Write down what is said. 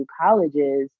colleges